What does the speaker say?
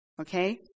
Okay